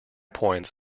points